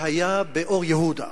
שהיה באור-יהודה.